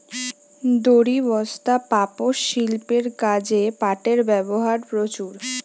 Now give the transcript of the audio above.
দড়ি, বস্তা, পাপোষ, শিল্পের কাজে পাটের ব্যবহার প্রচুর